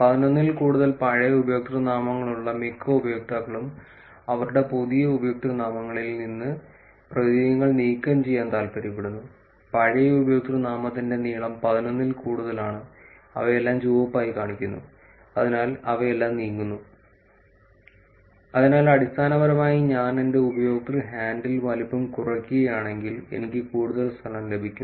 11 ൽ കൂടുതൽ പഴയ ഉപയോക്തൃനാമങ്ങളുള്ള മിക്ക ഉപയോക്താക്കളും അവരുടെ പുതിയ ഉപയോക്തൃനാമങ്ങളിൽ നിന്ന് പ്രതീകങ്ങൾ നീക്കംചെയ്യാൻ താൽപ്പര്യപ്പെടുന്നു പഴയ ഉപയോക്തൃനാമത്തിന്റെ നീളം 11 ൽ കൂടുതലാണ് അവയെല്ലാം ചുവപ്പായി കാണിക്കുന്നു അതിനാൽ അവയെല്ലാം നീങ്ങുന്നു അതിനാൽ അടിസ്ഥാനപരമായി ഞാൻ എന്റെ ഉപയോക്തൃ ഹാൻഡിൽ വലുപ്പം കുറയ്ക്കുകയാണെങ്കിൽ എനിക്ക് കൂടുതൽ സ്ഥലം ലഭിക്കുന്നു